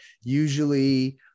usually